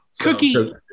Cookie